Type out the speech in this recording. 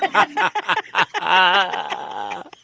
i